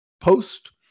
Post